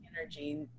energy